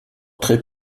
très